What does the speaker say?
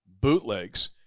bootlegs